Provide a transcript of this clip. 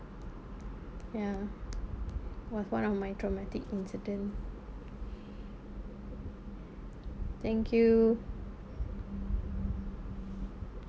ya was one of my traumatic incident thank you